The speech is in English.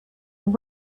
and